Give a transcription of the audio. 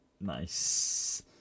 Nice